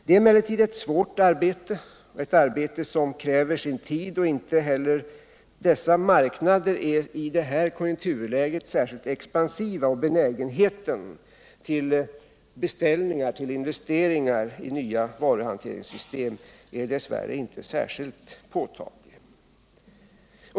Det är emellertid ett svårt arbete och ett arbete som kräver sin tid, och inte heller dessa marknader är i rådande konjunkturläge särskilt expansiva. Benägenheten till beställning, till investeringar i nya varuhanteringssystem, är dess värre inte särskilt påtaglig.